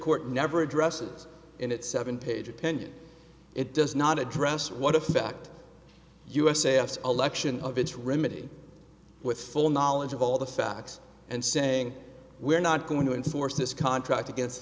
court never addresses in its seven page opinion it does not address what effect u s a s election of its remedy with full knowledge of all the facts and saying we're not going to enforce this contract against